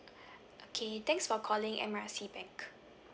okay thanks for calling M R C bank